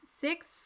six